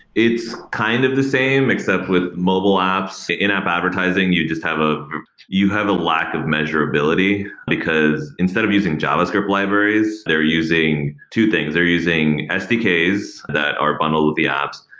it's kind of the same, except with mobile apps. in-app advertising, you just have a you have a lack of measurability, because instead of using javascript libraries, they're using two things they're using sdks that are bundled with the apps,